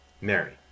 Mary